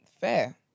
Fair